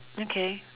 okay